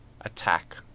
attack